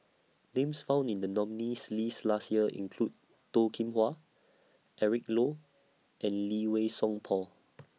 Names found in The nominees' list last Year include Toh Kim Hwa Eric Low and Lee Wei Song Paul